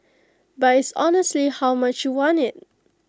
but it's honestly how much you want IT